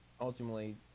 ultimately